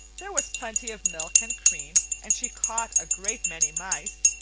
there was plenty of milk and cream, and she caught a great many mice.